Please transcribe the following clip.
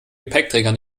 gepäckträger